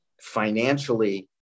financially